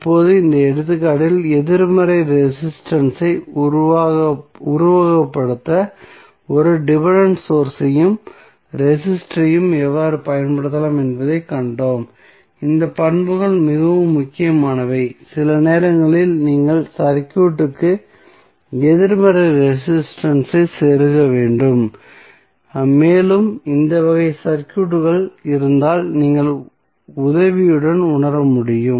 இப்போது இந்த எடுத்துக்காட்டில் எதிர்மறை ரெசிஸ்டன்ஸ் ஐ உருவகப்படுத்த ஒரு டிபென்டென்ட் சோர்ஸ் ஐயும் ரெசிஸ்டர் ஐயும் எவ்வாறு பயன்படுத்தலாம் என்பதைக் கண்டோம் இந்த பண்புகள் மிக முக்கியமானவை சில நேரங்களில் நீங்கள் சர்க்யூட்க்கு எதிர்மறை ரெசிஸ்டன்ஸ் ஐ செருக வேண்டும் மேலும் இந்த வகை சர்க்யூட்கள் இருந்தால் நீங்கள் உதவியுடன் உணர முடியும்